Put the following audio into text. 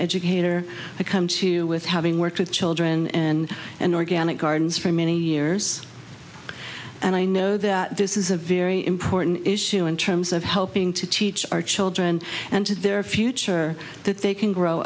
educator i come to with having worked with children and an organic gardens for many years and i know that this is a very important issue in terms of helping to teach our children and their future that they can grow